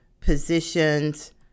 positions